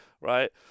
right